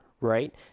right